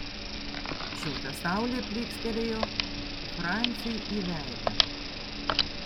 šilta saulė plykstelėjo franciui į veidą